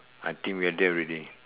I think we are there already